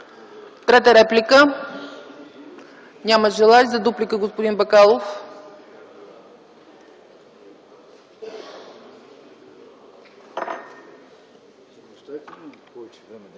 Трета реплика? Няма желаещи. За дуплика – господин Бакалов.